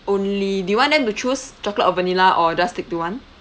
only do you want them to choose chocolate or vanilla or just stick to one